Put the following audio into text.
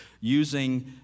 using